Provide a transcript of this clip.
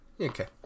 Okay